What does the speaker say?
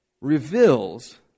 reveals